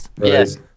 Yes